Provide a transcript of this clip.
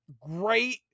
Great